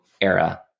era